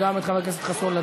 וגם את חבר הכנסת חסון.